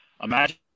Imagine